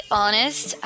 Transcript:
honest